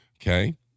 Okay